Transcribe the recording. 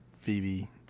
Phoebe